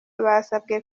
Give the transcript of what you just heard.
basabwe